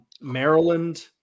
Maryland